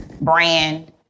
brand